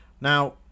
Now